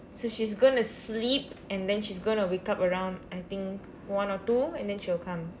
so she's going to sleep and then she's going to wake up around I think one or two and then she will come